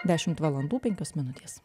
dešimt valandų penkios minutės